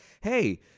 hey